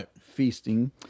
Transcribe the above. feasting